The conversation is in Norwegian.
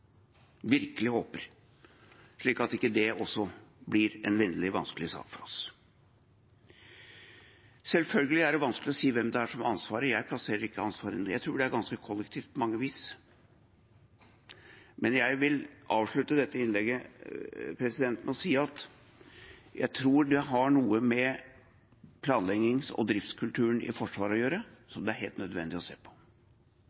slik at det også blir en veldig vanskelig sak for oss. Selvfølgelig er det vanskelig å si hvem det er som har ansvaret. Jeg plasserer ikke ansvaret. Jeg tror det er ganske kollektivt på mange vis. Men jeg vil avslutte dette innlegget med å si: Jeg tror det har noe å gjøre med planleggings- og driftskulturen i Forsvaret, som det er helt nødvendig å se på.